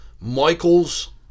Michaels